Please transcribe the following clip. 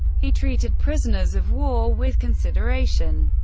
he treated prisoners of war with consideration.